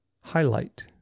Highlight